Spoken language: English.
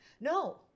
No